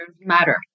matter